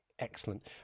Excellent